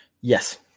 Yes